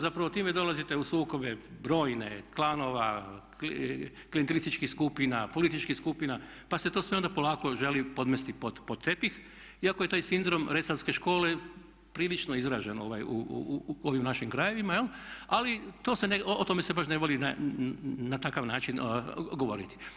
Zapravo time dolazite u sukobe brojne klanova, klijantelističkih skupina, političkih skupina pa se to sve onda polako želi podmesti pod tepih iako je taj sindrom … škole prilično izražen u ovim našim krajevima jel' ali o tome se baš ne voli na takav način govoriti.